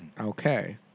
Okay